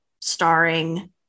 starring